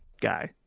guy